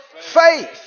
faith